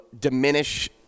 diminish